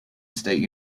state